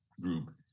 group